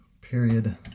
Period